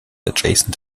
adjacent